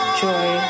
joy